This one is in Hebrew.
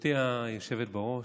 גברתי היושבת בראש,